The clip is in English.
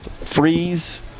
freeze